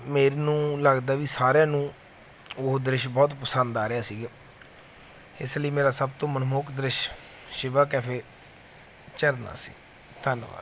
ਮੈਨੂੰ ਲੱਗਦਾ ਵੀ ਸਾਰਿਆਂ ਨੂੰ ਉਹ ਦ੍ਰਿਸ਼ ਬਹੁਤ ਪਸੰਦ ਆ ਰਿਹਾ ਸੀਗਾ ਇਸ ਲਈ ਮੇਰਾ ਸਭ ਤੋਂ ਮਨਮੋਹਕ ਦ੍ਰਿਸ਼ ਸ਼ਿਵਾ ਕੈਫੇ ਝਰਨਾ ਸੀ ਧੰਨਵਾਦ